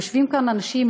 יושבים כאן אנשים,